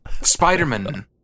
Spider-Man